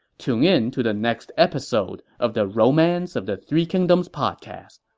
tune in to the next episode of the romance of the three kingdoms podcast.